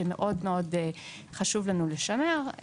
שמאוד חשוב לנו לשמר.